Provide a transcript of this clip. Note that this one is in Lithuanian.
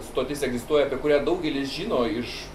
stotis egzistuoja apie kurią daugelis žino iš